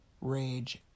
rage